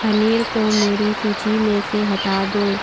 पनीर को मेरी सूची में से हटा दो